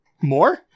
More